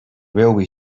railway